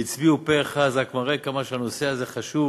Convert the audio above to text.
כשהצביעו פה אחד, זה רק מראה כמה הנושא הזה חשוב